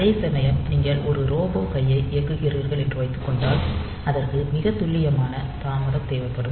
அதேசமயம் நீங்கள் ஒரு ரோபோ கையை இயக்குகிறீர்கள் என்று வைத்துக்கொண்டால் அதற்கு மிகத் துல்லியமான தாமதம் தேவைப்படும்